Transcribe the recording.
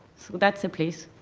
that's a place.